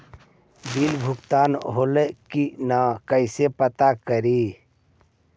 Bill भुगतान होले की न कैसे पता करी?